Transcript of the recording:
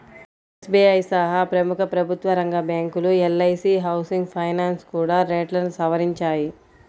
SBI సహా ప్రముఖ ప్రభుత్వరంగ బ్యాంకులు, ఎల్.ఐ.సీ హౌసింగ్ ఫైనాన్స్ కూడా రేట్లను సవరించాయి